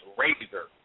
razor